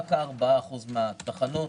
רק 4% מן התחנות